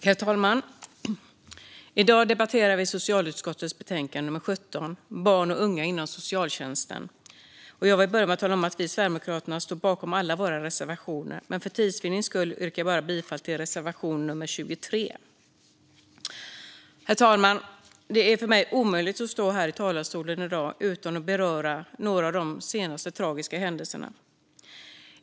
Herr talman! I dag debatterar vi socialutskottets betänkande 17 Barn och unga inom socialtjänsten . Jag vill börja med att tala om att vi i Sverigedemokraterna står bakom alla våra reservationer men att jag för tids vinning yrkar bifall endast till reservation 23. Herr talman! Det är omöjligt för mig att stå här i talarstolen i dag utan att beröra några av de senaste tragiska händelserna.